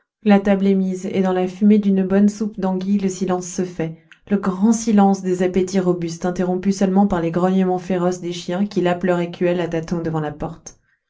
la table est mise et dans la fumée d'une bonne soupe d'anguilles le silence se fait le grand silence des appétits robustes interrompu seulement par les grognements féroces des chiens qui lapent leur écuelle à tâtons devant la porte